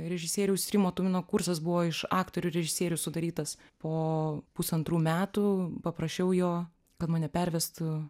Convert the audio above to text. režisieriaus rimo tumino kursas buvo iš aktorių režisierių sudarytas po pusantrų metų paprašiau jo kad mane pervestų